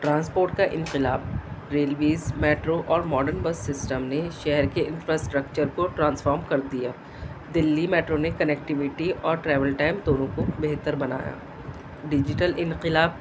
transport کا انقلاب railways metro اور ماڈرن بس سسٹم نے شہر کے انفراسٹرکچر کو ٹرانسفام کر دیا دلی میٹرو نے کنیکٹیوٹی اور ٹریول ٹائم دونوں کو بہتر بنایا ڈیجیٹل انقلاب